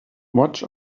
watch